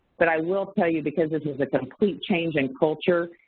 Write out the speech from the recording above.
but i will tell you because this is a complete change in culture,